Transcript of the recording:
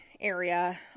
area